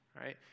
right